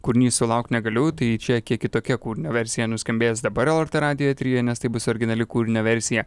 kūrinys sulaukt negaliu tai čia kiek kitokia kūrinio versija nuskambės dabar lrt radijo eteryje nes tai bus originali kūrinio versija